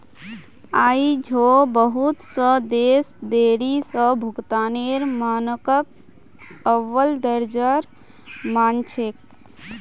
आई झो बहुत स देश देरी स भुगतानेर मानकक अव्वल दर्जार मान छेक